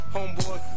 Homeboy